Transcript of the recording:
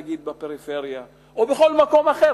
נגיד בפריפריה או בכל מקום אחר,